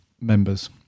members